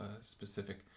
specific